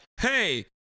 hey